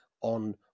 on